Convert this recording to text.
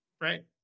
right